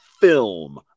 film